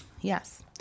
Yes